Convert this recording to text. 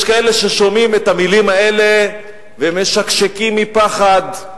יש כאלה ששומעים את המלים האלה ומשקשקים מפחד,